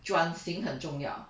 转型很重要